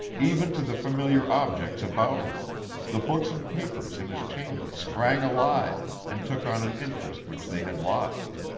even to the familiar objects about him the books and papers in his chamber sprang alive and took on an interest which they had lost.